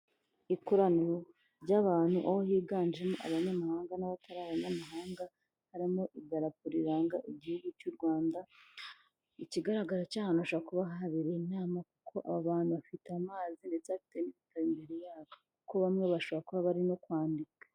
Ikoraniro ry'abantu aho higanjemo abanyamahanga n'abatari abanyamahanga harimo idarapo riranga igihugu cy'u Rwanda ikigaragara cyo aha hantu hashobora kuba habera inama kuko aba bantu bafite amazi ndetse imbere yabo ko bamwe bashobora kuba barimo kwandika.